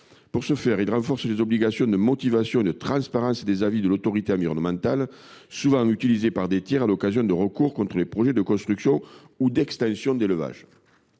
Pour ce faire, il est proposé de renforcer les obligations de motivation et de transparence des avis de l’autorité environnementale, souvent utilisés par des tiers à l’occasion de recours contre des projets de construction ou d’extension d’élevage.